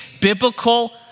biblical